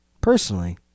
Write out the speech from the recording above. personally